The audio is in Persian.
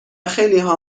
خیلیها